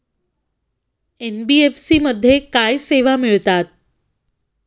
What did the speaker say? NBFC मध्ये काय सेवा मिळतात?